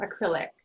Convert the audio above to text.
acrylic